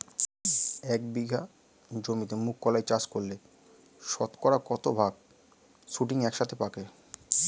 এক বিঘা জমিতে মুঘ কলাই চাষ করলে শতকরা কত ভাগ শুটিং একসাথে পাকে?